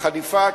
עם חליפה,